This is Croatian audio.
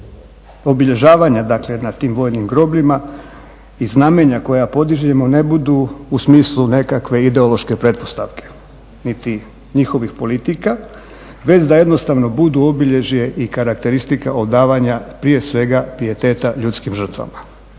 obilježavanja dakle na tim vojnim grobljima i znamenja koja podižemo ne budu u smislu nekakve ideološke pretpostavke niti njihovih politika već da jednostavno budu obilježje i karakteristika odavanja prije svega pijeteta ljudskim žrtvama.